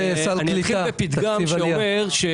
אני